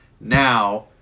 now